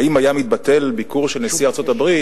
האם היה מתבטל ביקור של נשיא ארצות-הברית,